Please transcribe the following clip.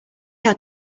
had